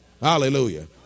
Hallelujah